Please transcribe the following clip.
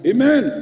Amen